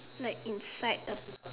like inside of